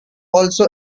also